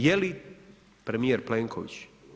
Je li premjer Plenković?